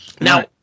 Now